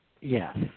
Yes